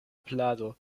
plado